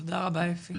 תודה רבה אפי.